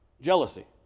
jealousy